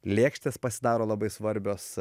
lėkštės pasidaro labai svarbios